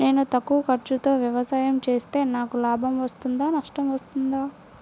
నేను తక్కువ ఖర్చుతో వ్యవసాయం చేస్తే నాకు లాభం వస్తుందా నష్టం వస్తుందా?